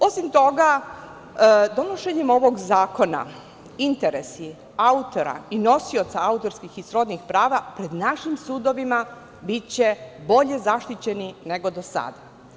Osim toga, donošenje ovog zakona, interesi autora nosioca autorskih i srodnih prava pred našim sudovima biće bolje zaštićeni nego do sada.